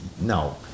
no